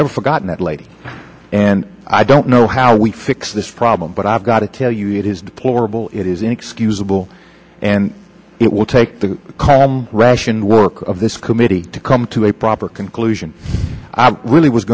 never forgotten that light and i don't know how we fix this problem but i've got to tell you it is deplorable it is inexcusable and it will take the rash and work of this committee to come to a proper conclusion really was